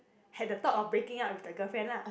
had the thought of breaking up with the girlfriend lah